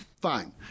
fine